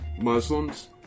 Muslims